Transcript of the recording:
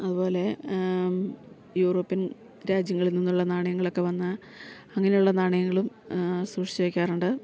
അതു പോലെ യൂറോപ്യൻ രാജ്യങ്ങളിൽ നിന്നുള്ള നാണയങ്ങളൊക്കെ വന്നാൽ അങ്ങനെ ഉള്ള നാണയങ്ങളും സൂക്ഷിച്ചു വെക്കാറുണ്ട്